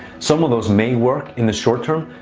some of those may work in the short-term.